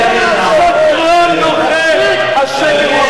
ובאו אנשים שלו שמה כדי להסית וכדי לגרש אותם.